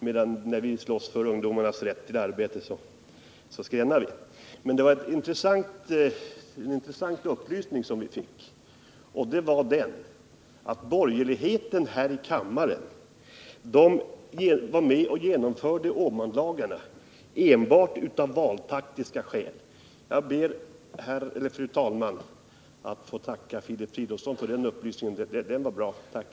Men när vi slåss för ungdomarnas rätt till arbete, då skränar vi. Det var en intressant upplysning vi fick, nämligen att borgerligheten här i kammaren var med och genomförde Åmanlagarna enbart av valtaktiska skäl. Jag ber, fru talman, att få tacka Filip Fridolfsson för den upplysningen. Den var bra — tack!